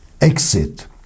exit